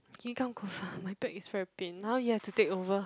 can you come closer my back is very pain now you have to take over